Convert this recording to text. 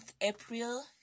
April